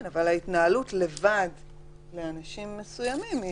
אבל לפעמים לאנשים מסוימים ההתנהלות